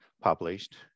published